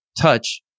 touch